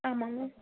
ஆமாங்க